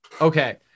Okay